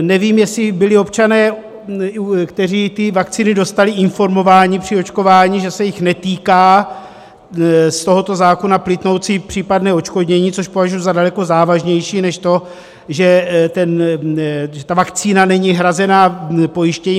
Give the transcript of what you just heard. Nevím, jestli byli občané, kteří ty vakcíny dostali, informováni při očkování, že se jich netýká z tohoto zákona plynoucí případné odškodnění, což považuji za daleko závažnější než to, že ta vakcína není hrazená pojištěním.